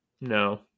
No